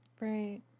right